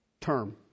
term